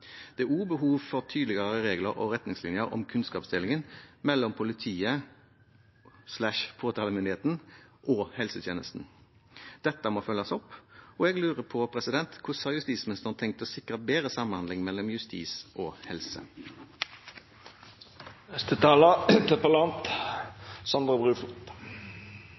Det er også behov for tydeligere regler og retningslinjer om kunnskapsdelingen mellom politiet/påtalemyndigheten og helsetjenesten. Dette må følges opp. Jeg lurer på hvordan justisministeren har tenkt å sikre bedre samhandling mellom justis og